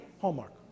Hallmark